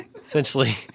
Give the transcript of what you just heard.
essentially